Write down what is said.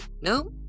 No